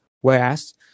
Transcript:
whereas